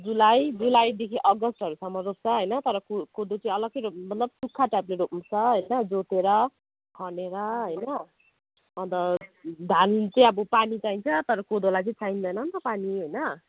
जुलाई जुलाईदेखि अगस्तहरूसम्म रोप्छ होइन तर को कोदो चाहिँ अलगै रोप् मतलब सुक्खा टाइपले रोप्नुपर्छ होइन जोतेर खनेर होइन अन्त धान चाहिँ अब पानी चाहिन्छ तर कोदोलाई चाहिँ चाहिँदैन नि त पानी होइन